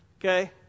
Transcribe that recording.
Okay